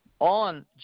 on